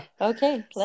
Okay